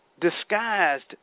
disguised